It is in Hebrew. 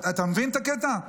אתה מבין את הקטע?